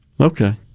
Okay